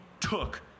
took